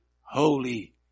holy